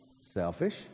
selfish